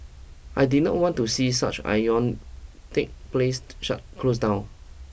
I did not want to see such placed shut close down